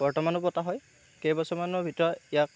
বৰ্তমানো পতা হয় কেইবছৰমানৰ ভিতৰত ইয়াক